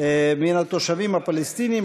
מהתושבים הפלסטינים,